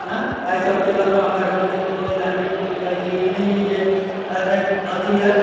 अँइ तऽ एहिसबके लऽ कऽ हमरासबके कोनो एहि ढङ्गके किदन कहै छै ई नहि अइ जे एतेक अथी अइ